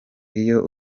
iyo